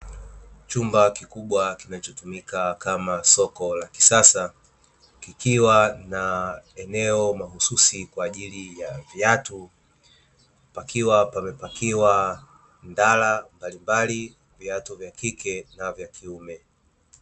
Chumba kikubwa kinachotumika kama soko la kisasa, kikiwa na eneo mahususi kwa ajili ya viatu, pakiwa pamepakiwa ndala mbalimbali, viatu vya kike na vya kiume.